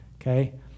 Okay